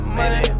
money